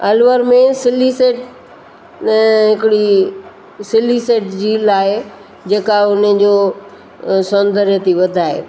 अलवर में सिलीसेढ़ हिकिड़ी सिलीसेढ़ झील आहे जेका हुनजो सोंद्रय थी वधाए